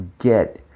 get